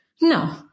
No